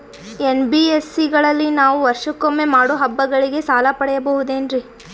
NBSC ಗಳಲ್ಲಿ ನಾವು ವರ್ಷಕೊಮ್ಮೆ ಮಾಡೋ ಹಬ್ಬಗಳಿಗೆ ಸಾಲ ಪಡೆಯಬಹುದೇನ್ರಿ?